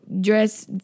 dress